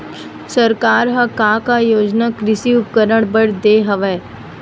सरकार ह का का योजना कृषि उपकरण बर दे हवय?